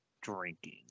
drinking